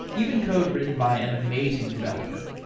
even code written by an amazing developer.